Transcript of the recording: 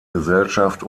gesellschaft